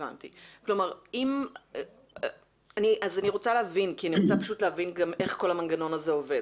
אני רוצה להבין כי אני רוצה להבין איך עובד כל המנגנון הזה.